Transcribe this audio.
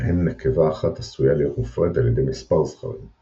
בהם נקבה אחת עשויה להיות מופרית על ידי מספר זכרים;